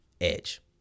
edge